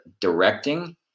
directing